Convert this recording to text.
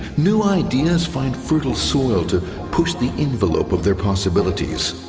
new ideas find fertile soil to push the envelope of their possibilities.